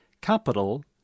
capital